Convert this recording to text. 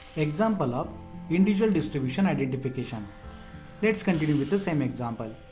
example of individual distribution identification let's continue with the same example.